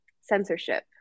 censorship